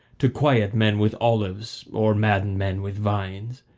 to quiet men with olives or madden men with vines.